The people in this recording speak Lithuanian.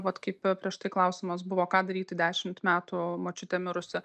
vat kaip prieš tai klausimas buvo ką daryti dešimt metų močiutė mirusi